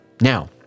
Now